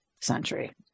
century